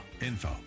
info